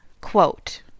quote